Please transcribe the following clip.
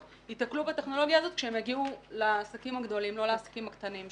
ייתקלו בטכנולוגיה הזאת כשהן יגיעו לעסקים הגדולים ולא לעסקים הקטנים,